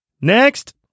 Next